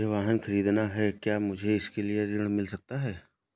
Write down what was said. मुझे वाहन ख़रीदना है क्या मुझे इसके लिए ऋण मिल सकता है?